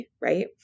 right